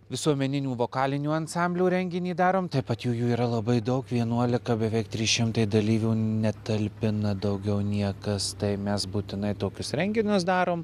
visuomeninių vokalinių ansamblių renginį darom taip pat jų jų yra labai daug vienuolika beveik trys šimtai dalyvių netalpina daugiau niekas tai mes būtinai tokius renginius darom